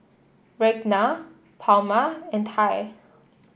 Ragna Palmer and Ty